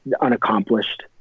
unaccomplished